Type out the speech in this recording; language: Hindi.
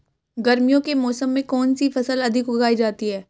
गर्मियों के मौसम में कौन सी फसल अधिक उगाई जाती है?